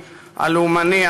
הלאומני,